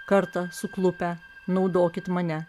kartą suklupę naudokit mane